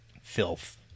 filth